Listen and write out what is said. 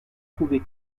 trouver